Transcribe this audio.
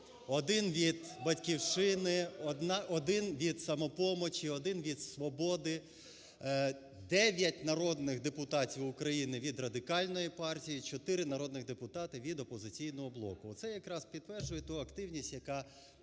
один від "Батьківщини", один від "Самопомочі", один від "Свободи", дев'ять народних депутатів України від Радикальної партії, чотири народних депутати від "Опозиційного блоку". Оце якраз підтверджує ту активність, яка